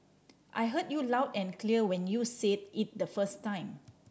I heard you loud and clear when you said it the first time